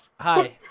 Hi